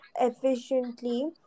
efficiently